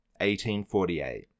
1848